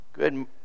Good